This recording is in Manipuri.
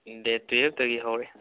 ꯗꯦꯠ ꯇꯨꯌꯦꯞꯇꯒꯤ ꯍꯧꯔꯦ